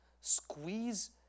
squeeze